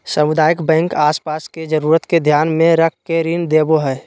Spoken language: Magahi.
सामुदायिक बैंक आस पास के जरूरत के ध्यान मे रख के ऋण देवो हय